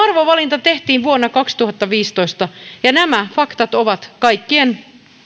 arvovalinta tehtiin vuonna kaksituhattaviisitoista ja nämä faktat ovat kaikkien